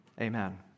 Amen